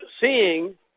seeing